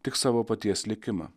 tik savo paties likimą